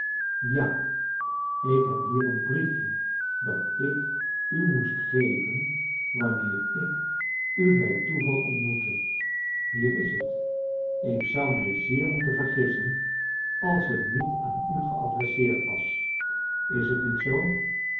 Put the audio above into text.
ja ik heb hier een brief je dat ik u moest geven wanneer ik u bij toeval ontmoette hier is het ik zou mij zeer moeten vergissen als het niet aan u geadresseerd was is het niet zoo